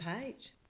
page